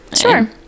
Sure